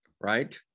right